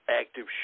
active